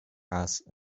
asked